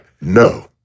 No